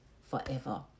forever